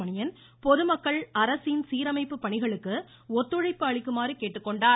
மணியன் பொதுமக்கள் அரசின் சீரமைப்பு பணிகளுக்கு ஒத்துழைப்பு அளிக்குமாறு கேட்டுக்கொண்டார்